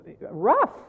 rough